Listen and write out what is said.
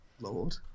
Lord